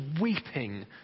weeping